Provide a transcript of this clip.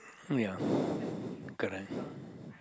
ya correct